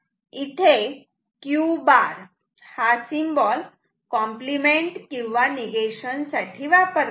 इथे Q bar हा symbol complement किंवा नीगेशन साठी वापरतात